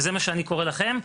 וזה מה שאני קורא לכם,